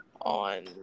on